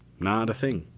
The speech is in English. not a thing.